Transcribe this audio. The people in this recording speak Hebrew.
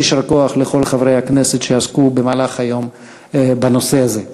אז יישר כוח לכל חברי הכנסת שעסקו היום בנושא הזה.